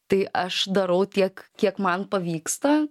tai aš darau tiek kiek man pavyksta